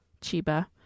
Chiba